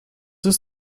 ist